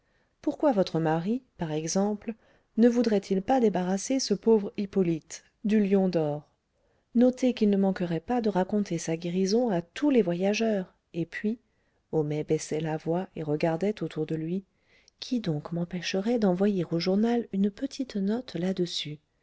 pourquoi votre mari par exemple ne voudrait-il pas débarrasser ce pauvre hippolyte du lion d'or notez qu'il ne manquerait pas de raconter sa guérison à tous les voyageurs et puis homais baissait la voix et regardait autour de lui qui donc m'empêcherait d'envoyer au journal une petite note là-dessus